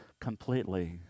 completely